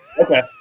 Okay